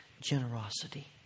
generosity